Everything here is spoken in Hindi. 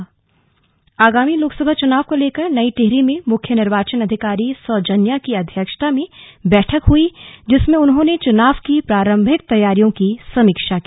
स्लग निर्वाचन बैठक टिहरी आगामी लोकसभा चुनाव को लेकर नई टिहरी में मुख्य निर्वाचन अधिकारी सौजन्या की अध्यक्ष्ता में बैठक हुई जिसमें उन्होंने चुनाव की प्ररम्भिक तैयारियों की समीक्षा की